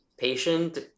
patient